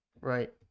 Right